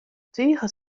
tige